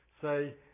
say